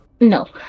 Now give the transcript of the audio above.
No